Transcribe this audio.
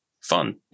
fun